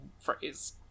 phrase